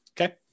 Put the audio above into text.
Okay